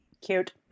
Cute